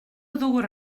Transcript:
ddŵr